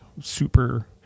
super